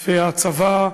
הצבא,